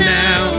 now